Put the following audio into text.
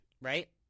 Right